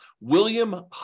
William